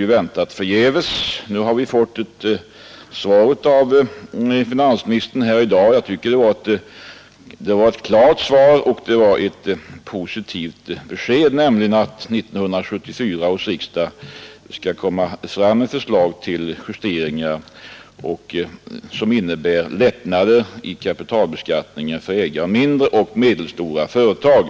I dag har vi emellertid fått ett svar av finansministern. Jag tycker det var ett klart och positivt besked, nämligen att för 1974 års riksdag kommer att läggas fram ett förslag till justeringar som innebär lättnader i kapitalbeskattningen för ägare av mindre och medelstora företag.